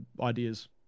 ideas